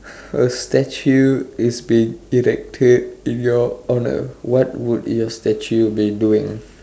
a statue has been erected in your honour what would your statue be doing